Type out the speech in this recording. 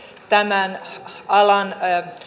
tämän alan